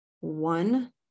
one